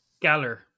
Galler